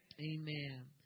amen